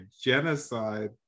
genocide